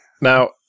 Now